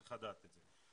צריך לדעת את זה.